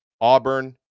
Auburn